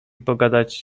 pogadać